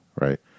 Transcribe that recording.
Right